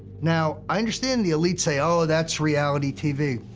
now i understand the elites say, oh, that's reality tv.